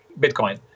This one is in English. Bitcoin